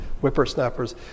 whippersnappers